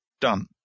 done